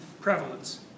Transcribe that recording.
prevalence